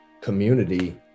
community